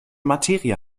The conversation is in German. materie